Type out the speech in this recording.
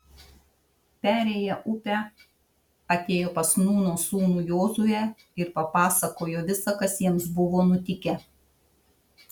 perėję upę atėjo pas nūno sūnų jozuę ir papasakojo visa kas jiems buvo nutikę